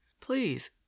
Please